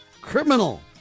criminal